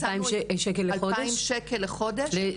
2,000 שקל לחודש?